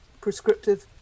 prescriptive